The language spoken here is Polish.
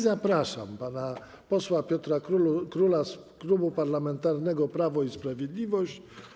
Zapraszam pana posła Piotra Króla z Klubu Parlamentarnego Prawo i Sprawiedliwość.